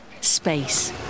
Space